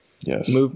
Yes